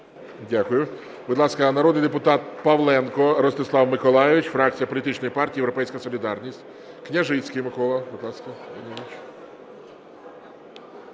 Дякую. Будь ласка, народний депутат Павленко Ростислав Миколайович, фракція політичної партії "Європейська солідарність". Княжицький Микола, будь ласка,